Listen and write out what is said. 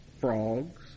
frogs